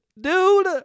dude